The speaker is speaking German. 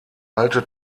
alte